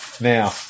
Now